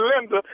Linda